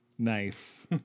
Nice